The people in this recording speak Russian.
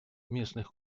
местных